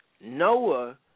Noah